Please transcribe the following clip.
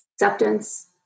acceptance